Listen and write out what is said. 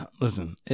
listen